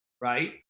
Right